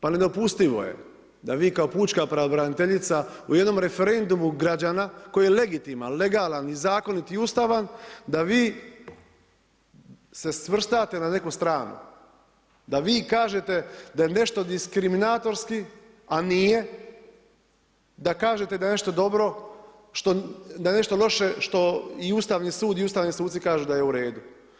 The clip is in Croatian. Pa nedopustivo je da vi kao pučka pravobraniteljica u jednom referendumu građana koji je legitiman, legalan, zakonit i ustavan, da vi se svrstate na neku stranu, da vi kažete da je nešto diskriminatorski a nije, da kažete da je nešto dobro, da je nešto loše što i Ustavni sud i ustavni suci kažu da je u redu.